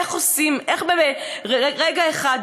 איך ברגע אחד,